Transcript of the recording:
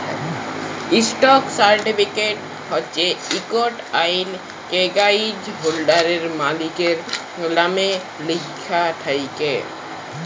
stock certificate হছে ইকট আইল কাগ্যইজ হোল্ডারের, মালিকের লামে লিখ্যা থ্যাকে